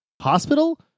Hospital